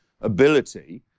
ability